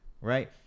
right